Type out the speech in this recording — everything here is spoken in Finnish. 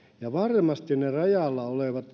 ja varmasti ne rajalla olevat